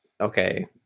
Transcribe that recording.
okay